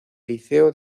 liceo